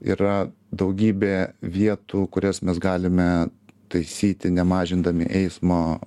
yra daugybė vietų kurias mes galime taisyti nemažindami eismo